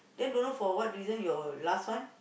then don't know for what reason your last one